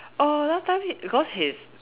oh last time he because his